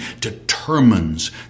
determines